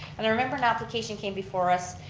and i remember an application came before us,